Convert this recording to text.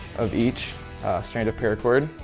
of each strand of paracord.